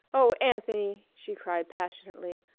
oh, anthony! she cried passionately,